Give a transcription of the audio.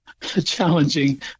challenging